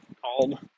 called